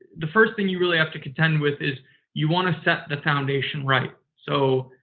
the first thing you really have to contend with is you want to set the foundation right. so,